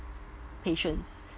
patients